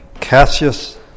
Cassius